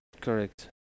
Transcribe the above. Correct